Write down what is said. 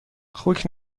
خوک